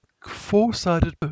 four-sided